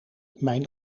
mijn